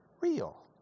real